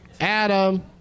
Adam